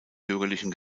bürgerlichen